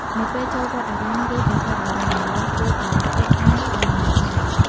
នៅពេលចូលវត្តអារាម ឬប្រាសាទបុរាណ បុរសគួរតែពាក់អាវដែលមានដៃ។